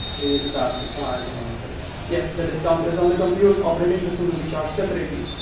it is about the size and the location. yes, the discount is on the compute, operating system will be charged separately.